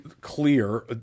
clear